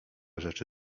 rzeczy